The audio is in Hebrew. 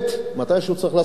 מתישהו צריך לעשות את זה,